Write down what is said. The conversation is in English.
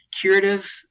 curative